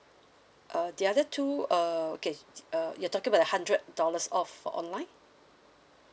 uh the other two uh okay uh you're talking about the hundred dollars off for online